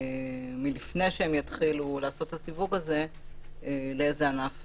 מלפני שהם יתחילו לעשות את הסיווג הזה לאיזה ענף